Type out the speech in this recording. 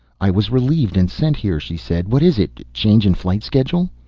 i was relieved and sent here, she said. what is it? change in flight schedule?